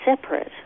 separate